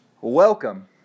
Welcome